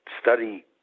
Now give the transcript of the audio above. study